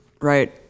right